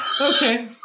Okay